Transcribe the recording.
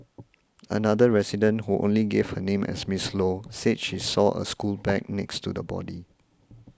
another resident who only gave her name as Miss Low said she saw a school bag next to the body